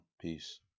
peace